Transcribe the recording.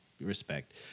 respect